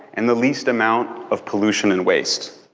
and the least amount of pollution and waste.